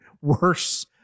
worse